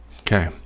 okay